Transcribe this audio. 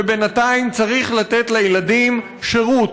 ובינתיים צריך לתת לילדים שירות.